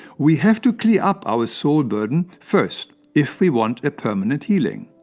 we have to clear up our soul burden first if we want a permanent healing.